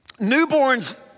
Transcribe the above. Newborns